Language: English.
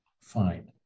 fine